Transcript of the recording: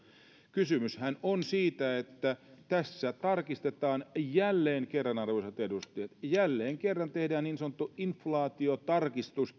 kysymyshän on siitä että tässä tarkistetaan jälleen kerran arvoisat edustajat jälleen kerran tehdään näihin polttoaineveroihin niin sanottu inflaatiotarkistus